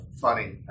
funny